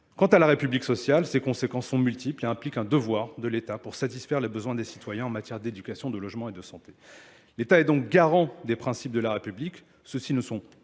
Quant à la République sociale, ces conséquences sont multiples et impliquent un devoir de l'État pour satisfaire les besoins des citoyens en matière d'éducation, de logement et de santé. L'État est donc garant des principes de la République. Ceux-ci ne sont